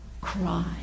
cry